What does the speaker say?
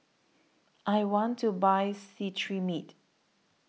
I want to Buy Cetrimide